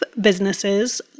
businesses